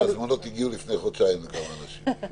וההזמנות הגיעו לפני חודשיים לכמה אנשים.